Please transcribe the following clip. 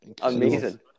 Amazing